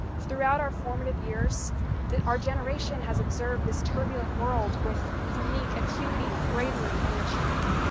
throughout our formative years that our generation has observed, this turbulent world with unique acuity, bravery, and maturity.